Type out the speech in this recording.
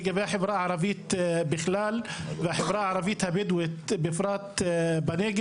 לגבי החברה הערבית בכלל והחברה הערבית הבדואית בנגב בפרט.